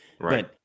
Right